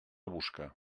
busca